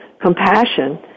compassion